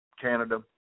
Canada